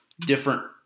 Different